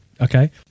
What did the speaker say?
okay